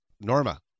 Norma